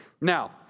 Now